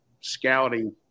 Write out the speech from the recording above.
scouting